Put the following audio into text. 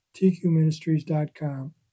tqministries.com